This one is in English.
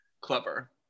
Clever